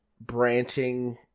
branching